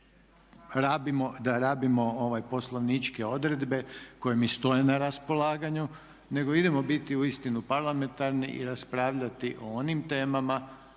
da rabim poslovničke odredbe koje mi stoje na raspolaganju nego idemo biti uistinu parlamentarni i raspravljati o onim temama